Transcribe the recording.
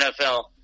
NFL